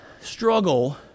struggle